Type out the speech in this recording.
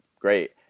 great